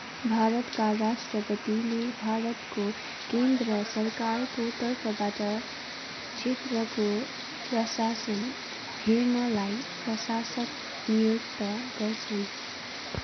भारतका राष्ट्रपतिले भारतको केन्द्र सरकारको तर्फबाट क्षेत्रको प्रशासन हेर्नलाई प्रशासक नियुक्त गर्छन्